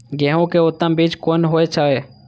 गेंहू के उत्तम बीज कोन होय छे?